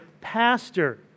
pastor